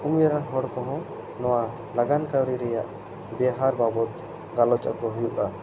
ᱩᱢᱮᱨᱟᱱ ᱦᱚᱲ ᱠᱚᱦᱚᱸ ᱱᱚᱣᱟ ᱞᱟᱜᱟᱱ ᱠᱟᱹᱨᱤ ᱨᱮᱭᱟᱜ ᱵᱮᱣᱦᱟᱨ ᱵᱟᱵᱚᱛ ᱜᱟᱞᱚᱪ ᱟᱠᱚ ᱦᱩᱭᱩᱜᱼᱟ